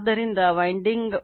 ಆದ್ದರಿಂದ 0